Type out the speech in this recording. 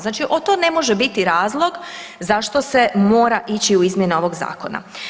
Znači o to ne može biti razlog zašto se mora ići u izmjene ovog zakona.